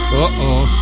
Uh-oh